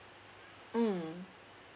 mm